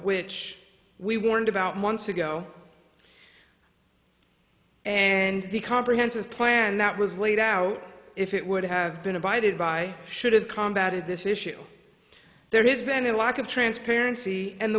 which we warned about months ago and the comprehensive plan that was laid out if it would have been abided by should have combat it this issue there has been a lack of transparency and the